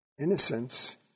innocence